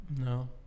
No